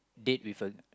date with a